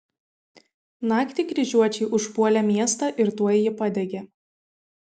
naktį kryžiuočiai užpuolė miestą ir tuoj jį padegė